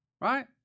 right